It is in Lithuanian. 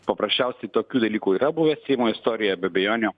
paprasčiausiai tokių dalykų yra buvę seimo istorijoje be abejonių